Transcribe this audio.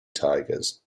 tigers